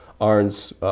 Arn's